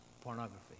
pornography